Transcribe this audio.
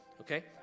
Okay